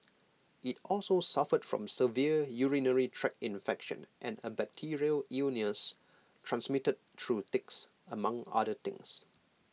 IT also suffered from severe urinary tract infection and A bacterial illness transmitted through ticks among other things